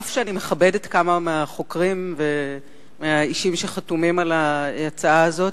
אף שאני מכבדת כמה מהחוקרים ומהאישים שחתומים על ההצעה הזאת,